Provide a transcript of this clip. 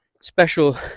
special